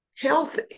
Health